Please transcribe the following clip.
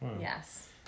Yes